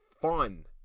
fun